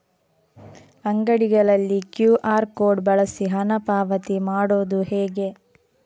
ಅಂಗಡಿಗಳಲ್ಲಿ QR code ಬಳಸಿ ಹಣ ಪಾವತಿ ಮಾಡೋದು ಹೇಗೆ?